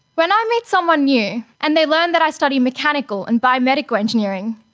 when i meet someone new and they learn that i study mechanical and biomedical engineering,